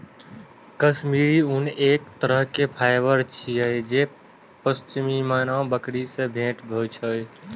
काश्मीरी ऊन एक तरहक फाइबर छियै जे पश्मीना बकरी सं भेटै छै